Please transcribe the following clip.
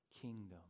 kingdom